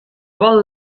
vol